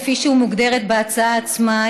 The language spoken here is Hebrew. כפי שהיא מוגדרת בהצעה עצמה,